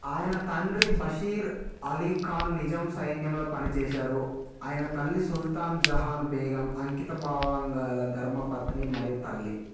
ఆయన తండ్రి బషీర్ అలీ ఖాన్ నిజాం సైన్యంలో పనిచేశారు ఆయన తల్లి సుల్తాన్ జహాన్ బేగం అంకిత భావంగాల ధర్మపత్ని మరియు తల్లి